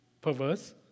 perverse